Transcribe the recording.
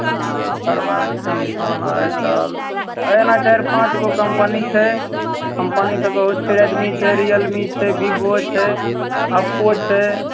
ओकर बाद Samsung Itel एना चारि पाँच गो कम्पनी छै कम्पनी तऽ बहुत छै रेडमी छै रियलमी छै वीवो छै ओप्पो छै